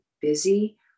busy